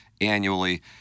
annually